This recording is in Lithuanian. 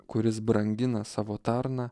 kuris brangina savo tarną